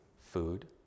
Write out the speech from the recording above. food